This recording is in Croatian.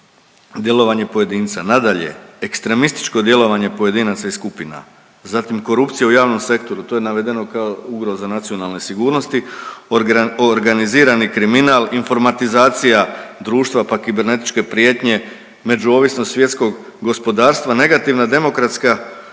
djelovanje pojedinca. Nadalje, ekstremističko djelovanje pojedinaca i skupina, zatim korupcija u javnom sektoru, to je navedeno kao ugroza nacionalne sigurnosti, organizirani kriminal, informatizacija društva, pa kibernetičke prijetnje, međuovisnost svjetskog gospodarstva, negativna demokratska struktura